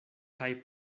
kaj